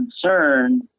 concern